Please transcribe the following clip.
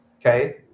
Okay